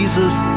Jesus